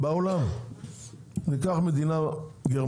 ניקח איזו מדינה כדוגמה.